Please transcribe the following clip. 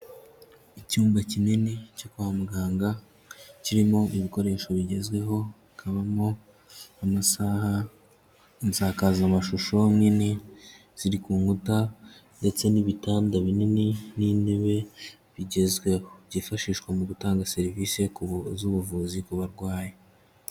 Icyumba kinini cyo kwa muganga, kirimo ibikoresho bigezweho, hakabamo amasaha, insakazamashusho nini ziri ku nkuta ndetse n'ibitanda binini n'intebe bigezweho. Byifashishwa mu gutanga serivise z'ubuvuzi ku barwayi.